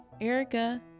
Erica